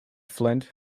flint